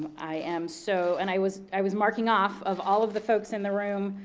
i am so, and i was i was marking off of all of the folks in the room.